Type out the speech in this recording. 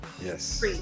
Yes